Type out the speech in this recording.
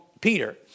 Peter